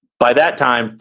by that time,